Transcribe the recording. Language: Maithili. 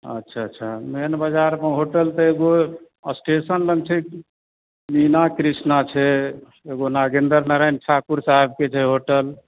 अच्छा अच्छा मेन बाजारमे तऽ होटल एगो स्टेशन लग छै मीना कृष्णा छै एगो नागेन्द्र नारायण ठाकुर साहेबके छै होटल